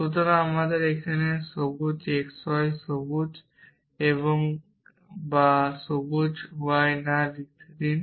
সুতরাং আমাকে এখানে x y বা সবুজ x বা সবুজ y না লিখতে দিন